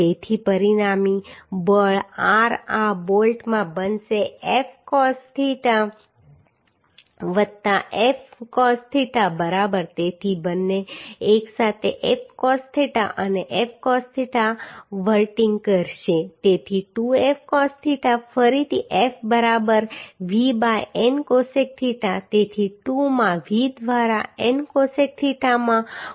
તેથી પરિણામી બળ R આ બોલ્ટમાં બનશે F cos theta વત્તા F cos theta બરાબર તેથી બંને એકસાથે F cos theta અને F cos theta વર્ટીંગ કરશે તેથી 2F cos થીટા ફરીથી F બરાબર V by N cosec theta તેથી 2 માં V દ્વારા N cosec થીટા માં cos થીટા